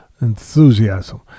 Enthusiasm